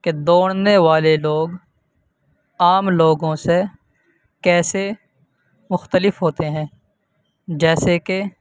کہ دوڑنے والے لوگ عام لوگوں سے کیسے مختلف ہوتے ہیں جیسے کہ